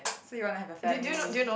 so you wanna have a family